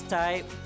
type